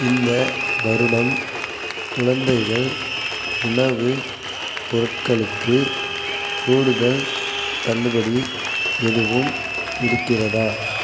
இந்த வருடம் குழந்தைகள் உணவு பொருட்களுக்கு கூடுதல் தள்ளுபடி எதுவும் இருக்கிறதா